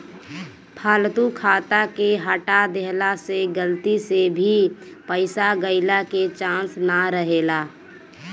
फालतू खाता के हटा देहला से गलती से भी पईसा गईला के चांस ना रहेला